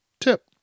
tip